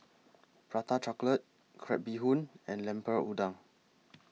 Prata Chocolate Crab Bee Hoon and Lemper Udang